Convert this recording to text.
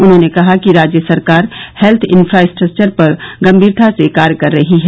उन्होंने कहा कि राज्य सरकार हेल्थ इंफ्रास्ट्रक्वर पर गंभीरता से कार्य कर रही है